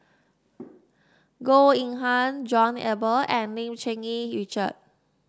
Goh Eng Han John Eber and Lim Cherng Yih Richard